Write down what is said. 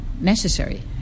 necessary